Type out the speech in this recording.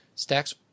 Stacks